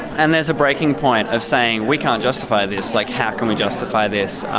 and there's a breaking point of saying we can't justify this, like, how can we justify this?